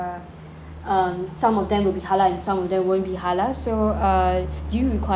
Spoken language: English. um some of them will be halal and some of them won't be halal so uh do you require that